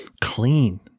clean